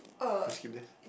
you want skip this